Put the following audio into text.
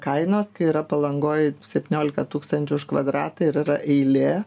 kainos kai yra palangoj septyniolika tūkstančių už kvadratą ir yra eilė